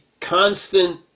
constant